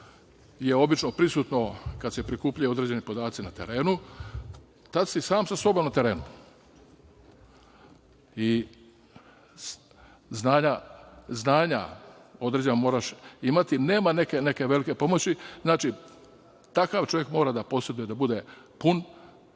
je obično prisutno kada se prikupljaju određeni podaci na terenu, tad si i sam sa sobom na terenu i određena znanja moraš imati, nema neke velike pomoć. Znači, takav čovek mora da poseduje, da bude pun